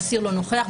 האסיר לא נוכח.